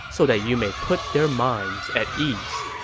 so that you may put their minds at ease.